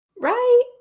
Right